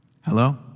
Hello